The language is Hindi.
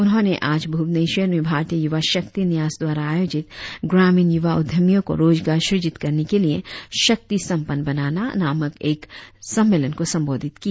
उन्होंने आज भुबनेश्वर में भारतीय युवा शक्ति न्यास द्वारा आयोजित ग्रामीण युवा उद्यमियों को रोजगार सृजित करने के लिए शक्ति संपन्न बनाना नामक एक सम्मेलन को संबोधित किया